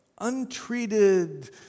untreated